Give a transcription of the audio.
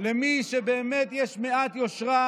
למי שבאמת יש מעט יושרה